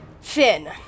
Finn